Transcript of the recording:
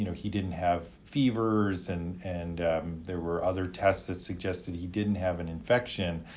you know he didn't have fevers and and there were other tests that suggested he didn't have an infection,